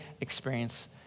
experience